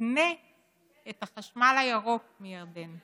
ותקנה את החשמל הירוק מירדן.